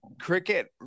cricket